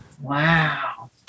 Wow